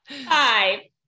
Hi